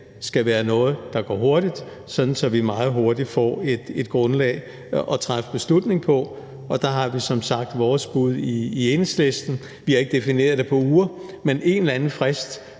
skal være noget, der går hurtigt, så vi meget hurtigt får et grundlag at træffe beslutning på. Og der har vi som sagt vores bud i Enhedslisten. Vi har ikke defineret det på uger, men der skal være en eller anden frist